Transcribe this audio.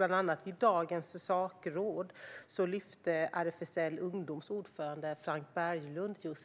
Bland annat vid dagens sakråd lyfte RFSL Ungdoms ordförande Frank Berglund upp